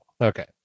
Okay